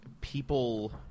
people –